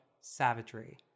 savagery